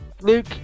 Luke